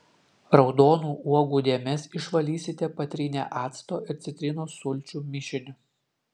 raudonų uogų dėmes išvalysite patrynę acto ir citrinos sulčių mišiniu